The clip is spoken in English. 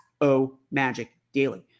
omagicdaily